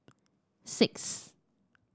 six